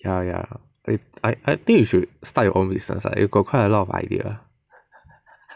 ya ya I I I think you should start your own business lah you got quite a lot of idea